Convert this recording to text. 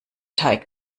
teig